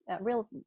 real